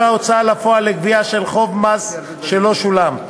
ההוצאה לפועל לגביית חוב מס שלא שולם.